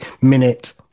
minute